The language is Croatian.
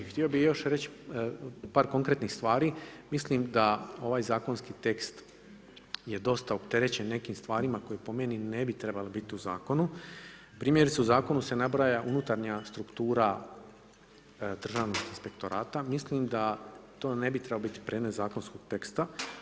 Htio bi još reći par konkretnih stvari, mislim da ovaj zakonski tekst je dosta opterećen nekim stvarima koje po meni ne bi trebale biti u zakonu, primjerice u zakonu se nabraja unutarnja struktura Državnog inspektorata, mislim da to ne bi trebalo biti predmet zakonskog teksta.